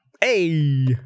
Hey